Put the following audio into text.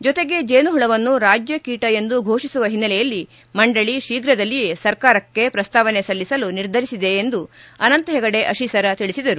ಜೊತೆಗೆ ಜೀನುಹುಳವನ್ನು ರಾಜ್ಯ ಕೀಟ ಎಂದು ಫೋಷಸುವ ಹಿನ್ನೆಲೆಯಲ್ಲಿ ಮಂಡಳ ಶೀಘದಲ್ಲಿಯೇ ಸರ್ಕಾರಕ್ಕೆ ಪ್ರಸ್ತಾವನೆ ಸಲ್ಲಿಸಲು ನಿರ್ಧರಿಸಿದೆ ಎಂದು ಅನಂತ ಹೆಗಡೆ ಆತೀಸರ ತಿಳಿಸಿದರು